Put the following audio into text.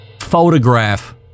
Photograph